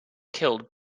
killed